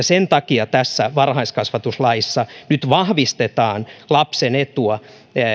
sen takia tässä varhaiskasvatuslaissa nyt vahvistetaan lapsen etua